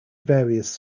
various